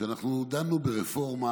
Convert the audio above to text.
שאנחנו דנו ברפורמה